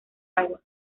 agua